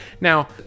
Now